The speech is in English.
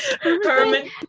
Herman